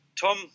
Tom